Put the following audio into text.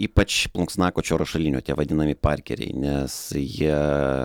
ypač plunksnakočio rašalinio tie vadinami parkeriai nes jie